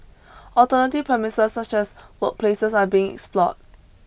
alternative premises such as workplaces are being explored